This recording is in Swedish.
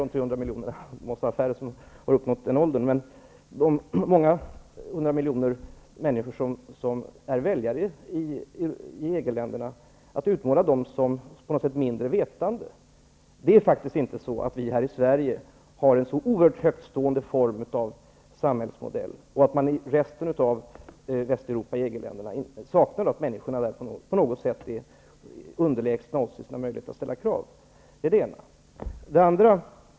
Jag tycker att det är något märkligt att utmåla de många miljoner väljare i dessa länder som på något sätt mindre vetande. Det är inte så att vi här i Sverige har en så oerhört högtstående form av samhällsmodell och att människorna i EG länderna är oss på något sätt underlägsna när det gäller att ställa krav.